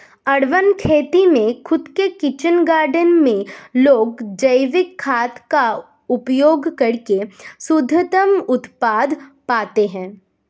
urban खेती में खुद के किचन गार्डन में लोग जैविक खाद का उपयोग करके शुद्धतम उत्पाद पाते हैं